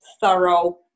thorough